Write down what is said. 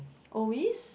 always